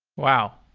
wow!